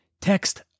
text